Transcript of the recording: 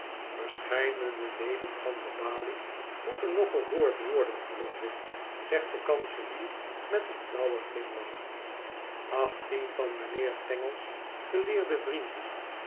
verscheidene leden van de balie moeten nog gehoord worden geloof ik zegt de kanselier met een flauwen glimlach achttien van mijnheer tangle's geleerde vrienden